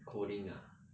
coding ah